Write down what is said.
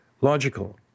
logical